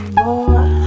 more